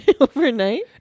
overnight